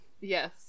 Yes